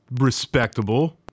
respectable